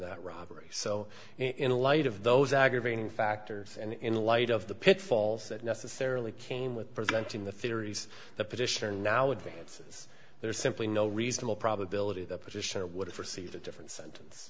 that robbery so in light of those aggravating factors and in light of the pitfalls that necessarily came with presenting the theories that petitioner now advances there is simply no reasonable probability the petitioner would have received a different sentence